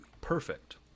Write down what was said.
perfect